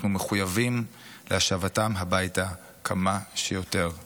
אנחנו מחויבים להשבתם הביתה כמה שיותר מהר.